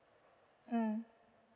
mm